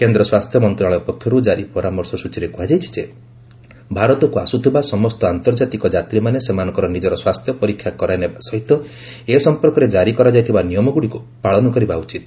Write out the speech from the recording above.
କେନ୍ଦ୍ର ସ୍ପାସ୍ଥ୍ୟ ମନ୍ତ୍ରଣାଳୟ ପକ୍ଷରୁ ଜାରୀ ପରାମର୍ଶ ସ୍ଠଚୀରେ କୁହାଯାଇଛି ଯେ ଭାରତକୁ ଆସୁଥିବା ସମସ୍ତ ଆନ୍ତର୍ଜାତିକ ଯାତ୍ରୀମାନେ ସେମାନଙ୍କର ନିଜର ସ୍ୱାସ୍ଥ୍ୟ ପରୀକ୍ଷା କରାଇନେବା ସହିତ ଏ ସଫପର୍କରେ ଜାରି କରାଯାଇଥିବା ନିୟମଗୁଡ଼ିକୁ ପାଳନ କରିବା ଉଚିତ